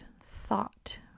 thought